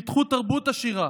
פיתחו תרבות עשירה